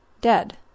dead